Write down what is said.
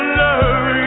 love